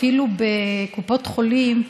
אפילו בקופות חולים,